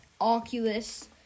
Oculus